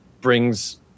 Brings